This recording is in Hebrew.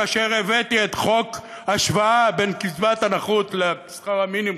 כאשר הבאתי את החוק להשוואת קצבת הנכות לשכר המינימום,